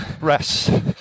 Rest